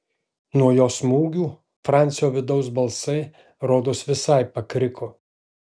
nuo jo smūgių francio vidaus balsai rodos visai pakriko